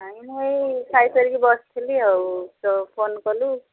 ନାଇଁ ମୁଁ ଖାଇ ସାରିକି ବସିଥିଲି ଆଉ ତୋ ଫୋନ୍ କଲୁ